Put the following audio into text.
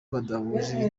badahuje